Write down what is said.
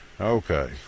Okay